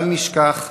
בל נשכח,